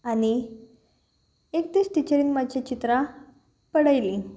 आनी एक दीस टिचरीन मातशें चित्रां पळयलीं